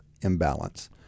imbalance